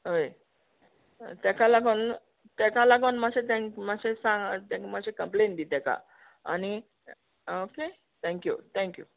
हय ताका लागून ताका लागून मातशें तांकं मातशें सांग तांकं मातशें कंप्लेन दी ताका आनी ओके थँक्यू थँक्यू